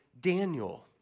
Daniel